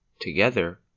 together